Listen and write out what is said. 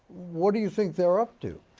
what do you think they're up to?